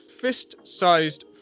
fist-sized